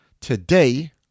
today